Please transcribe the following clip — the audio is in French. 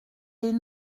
les